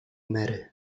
mary